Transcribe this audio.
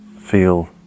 feel